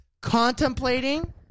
contemplating